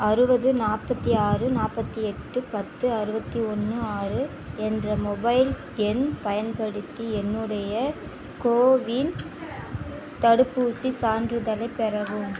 அறுபது நாற்பத்தி ஆறு நாற்பத்தி எட்டு பத்து அறுபத்தி ஒன்று ஆறு என்ற மொபைல் எண் பயன்படுத்தி என்னுடைய கோவின் தடுப்பூசிச் சான்றிதழைப் பெறவும்